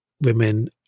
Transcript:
women